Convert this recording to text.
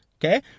okay